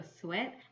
sweat